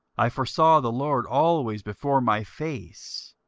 i foresaw the lord always before my face,